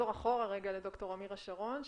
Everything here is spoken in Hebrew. עכשיו את ד"ר אמירה שרון,